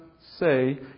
say